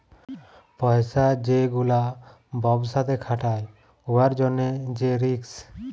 পইসা যে গুলা ব্যবসাতে খাটায় উয়ার জ্যনহে যে রিস্ক